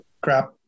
crap